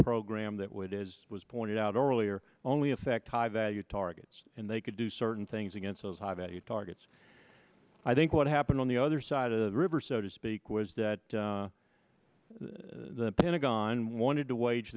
program that would is was pointed out earlier only affect high value targets they could do certain things against those high value targets i think what happened on the other side of the river so to speak was that the pentagon wanted to wage